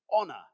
honor